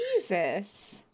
Jesus